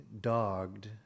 dogged